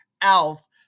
Alf